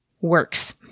works